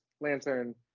lantern